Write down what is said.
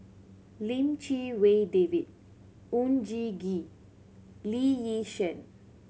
Lim Chee Wai David Oon Jin Gee Lee Yi Shyan